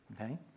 okay